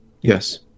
Yes